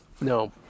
no